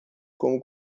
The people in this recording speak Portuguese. como